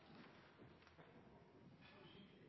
Takk